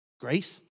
Grace